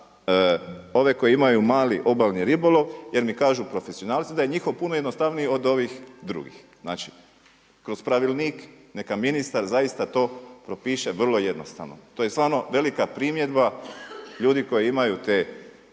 ove koji imaju mali obalni ribolov jer mi kažu profesionalci da njihov puno jednostavniji od ovih drugih. Znači kroz pravilnik neka ministar zaista to propiše vrlo jednostavno, to je stvarno velika primjedba ljudi koji imaju te